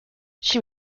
she